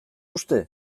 uste